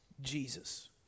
Jesus